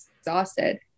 exhausted